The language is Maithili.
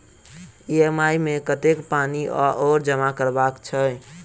ई.एम.आई मे कतेक पानि आओर जमा करबाक छैक?